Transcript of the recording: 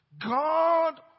God